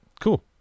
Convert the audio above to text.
Cool